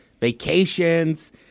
vacations